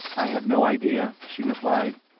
i have no idea, she replied.